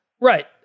right